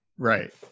right